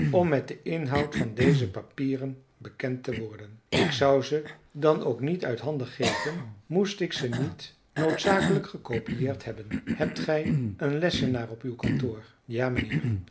om met den inhoud van deze papieren bekend te worden ik zou ze dan ook niet uit handen geven moest ik ze niet noodzakelijk gecopiëerd hebben hebt gij een lessenaar op uw kantoor ja mijnheer